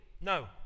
No